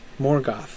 Morgoth